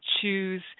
choose